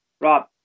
Rob